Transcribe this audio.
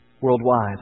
worldwide